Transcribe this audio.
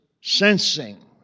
sensing